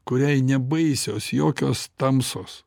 kuriai nebaisios jokios tamsos